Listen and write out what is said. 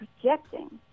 projecting